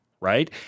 right